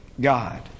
God